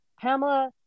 Pamela